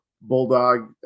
bulldog